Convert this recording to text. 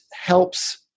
helps